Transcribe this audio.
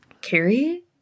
Carrie